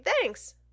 thanks